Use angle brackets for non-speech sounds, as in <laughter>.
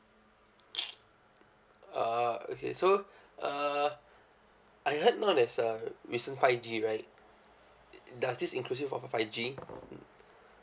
<noise> uh okay so uh I heard now there's a recent five G right does this inclusive of a five G